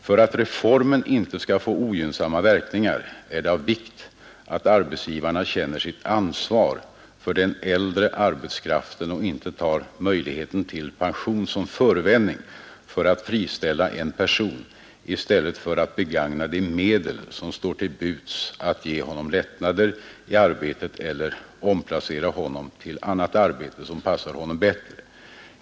För att refomen inte skall få ogynnsamma verkningar är det av vikt att arbetsgivarna känner sitt ansvar för den äldre arbetskraften och inte tar möjligheterna till pension som förevändning för att friställa en person i stället för att begagna de medel som står till buds att ge honom lättnader i arbetet eller omplacera honom till annat arbete som passar honom bättre.